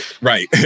Right